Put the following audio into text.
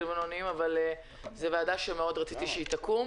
ובינוניים אבל זו ועדה שמאוד רציתי שתקום